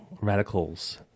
radicals